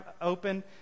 open